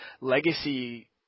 legacy